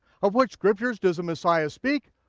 of which scriptures does the messiah speak?